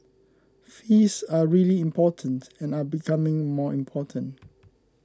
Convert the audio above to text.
fees are really important and are becoming more important